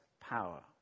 power